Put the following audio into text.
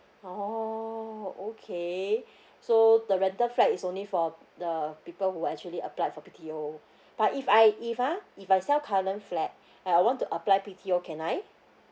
oh okay so the rental flat is only for the people who actually applied for B_T_O but if I if ah if I sell current flat and I want to apply B_T_O can I